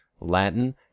Latin